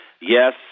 yes